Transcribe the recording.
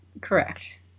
Correct